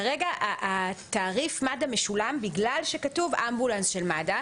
כרגע תעריף מד"א משולם בגלל שכתוב אמבולנס של מד"א,